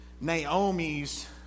Naomi's